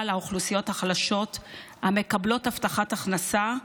לאוכלוסיות החלשות המקבלות הבטחת הכנסה.